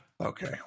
Okay